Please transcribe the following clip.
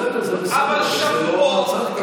אבל שבועות,